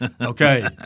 Okay